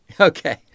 Okay